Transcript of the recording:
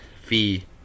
fee